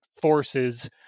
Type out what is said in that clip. forces